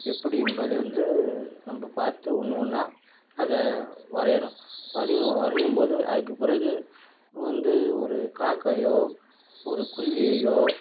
எப்படி என்பதை வந்து நம்ம பார்த்து ஒன்று ஒன்றா அதை வரைகிறோம் வரையும் வரையும் போது அதுக்கு பிறகு வந்து ஒரு காக்கையோ ஒரு குருவியையோ